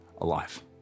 alive